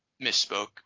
misspoke